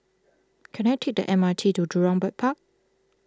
can I take the M R T to Jurong Bird Park